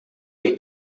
eight